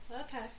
okay